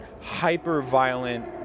hyper-violent